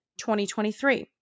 2023